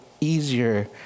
easier